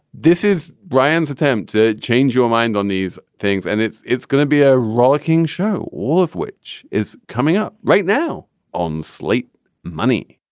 this is brian's attempt to change your mind on these things. and it's it's going to be a rollicking show, all of which is coming up right now on slate money.